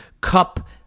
cup